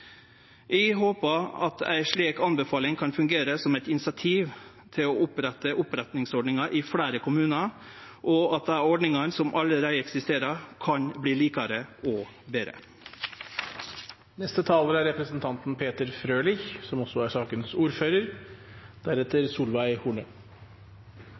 Eg håper at ei slik anbefaling kan fungere som eit incentiv til å opprette oppreisingsordningar i fleire kommunar, og at dei ordningane som allereie eksisterer, kan verte likare og betre. La meg bare være helt tindrende klar: Det å vedta en helhetlig utredning av alt er